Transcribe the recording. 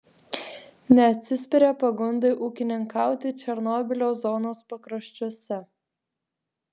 neatsispiria pagundai ūkininkauti černobylio zonos pakraščiuose